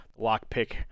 lockpick